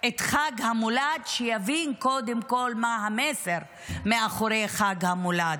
את חג המולד שיבין קודם כול מה המסר מאחורי חג המולד,